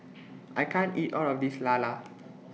I can't eat All of This Lala